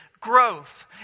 growth